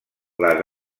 les